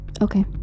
Okay